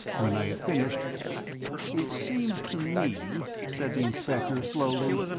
when i had finished it seems to me, said the inspector, slowly,